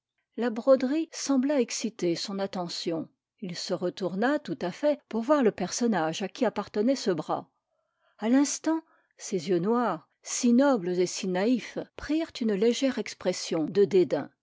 la broderie sembla exciter son attention il se retourna tout à fait pour voir le personnage à qui appartenait ce bras a l'instant ces yeux noirs si nobles et si naïfs prirent une légère expression de dédain